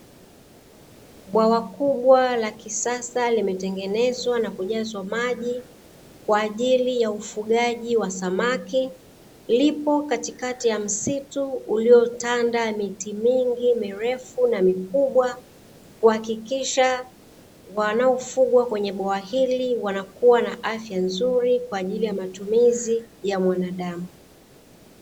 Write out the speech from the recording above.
Bwawa kubwa la kisasa, limetengenezwa na kujazwa maji kwa ajili ya ufugaji wa samaki, lipo katikati ya msitu uliotanda miti mingi mirefu na mikubwa, kuhakikisha wanaofugwa kwenye bwawa hili wanakuwa na afya nzuri kwa ajili ya matumizi ya mwanadamu.